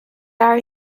are